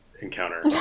encounter